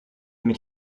mit